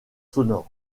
sonore